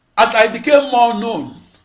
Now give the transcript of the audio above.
as i became more known,